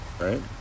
right